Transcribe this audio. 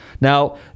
Now